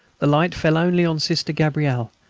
the light fell only on sister gabrielle.